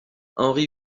henri